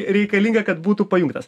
reikalinga kad būtų pajungtas